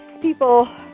people